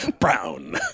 Brown